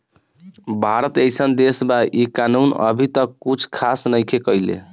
भारत एइसन देश बा इ कानून अभी तक कुछ खास नईखे कईले